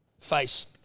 face